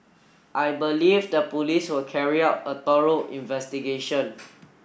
I believe the police will carry out a thorough investigation